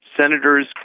senators